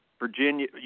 Virginia